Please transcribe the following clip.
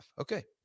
Okay